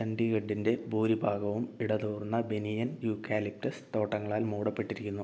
ചണ്ഡീഗഡിൻ്റെ ഭൂരിഭാഗവും ഇടതൂർന്ന banyan eucalyptus തോട്ടങ്ങളാൽ മൂടപ്പെട്ടിരിക്കുന്നു